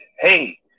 Hey